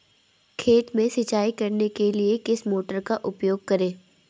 खेत में सिंचाई करने के लिए किस मोटर का उपयोग करें?